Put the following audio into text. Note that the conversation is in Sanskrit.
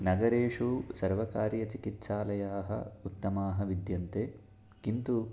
नगरेषु सर्वकारीयचिकित्सालयाः उत्तमाः विद्यन्ते किन्तु